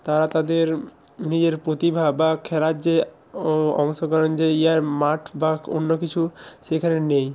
তারা তাদের নিজের প্রতিভা বা খেলার যে অংশগ্রহণ যে ইয়ার মাঠ বা অন্য কিছু সেখানে নেই